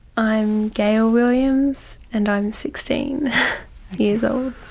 i'm gail williams and i'm sixteen years old.